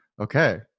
Okay